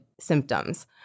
symptoms